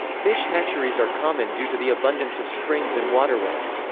fish hatcheries are common due to the abundance of springs and waterways.